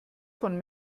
von